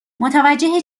متوجه